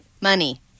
Money